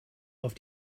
auf